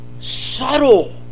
subtle